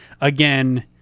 again